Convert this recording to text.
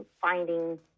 finding